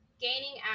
gaining